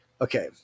okay